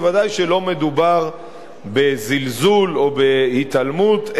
ודאי שלא מדובר בזלזול או בהתעלמות,